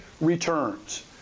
returns